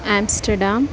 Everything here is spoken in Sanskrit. एम्स्टर्डाम्